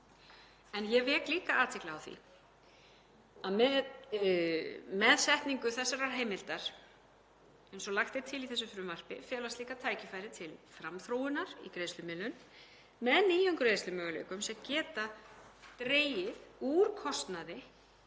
Ég vek líka athygli á því að með setningu þessarar heimildar, eins og lagt er til í frumvarpinu, felast líka tækifæri til framþróunar í greiðslumiðlun með nýjum greiðslumöguleikum sem geta dregið úr kostnaði